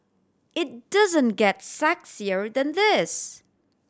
it doesn't get sexier than this